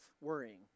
worrying